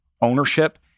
ownership